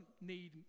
need